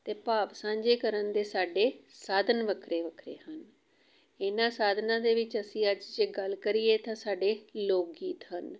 ਅਤੇ ਭਾਵ ਸਾਂਝੇ ਕਰਨ ਦੇ ਸਾਡੇ ਸਾਧਨ ਵੱਖਰੇ ਵੱਖਰੇ ਹਨ ਇਹਨਾਂ ਸਾਧਨਾਂ ਦੇ ਵਿੱਚ ਅਸੀਂ ਅੱਜ ਜੇ ਗੱਲ ਕਰੀਏ ਤਾਂ ਸਾਡੇ ਲੋਕ ਗੀਤ ਹਨ